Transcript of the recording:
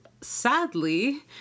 sadly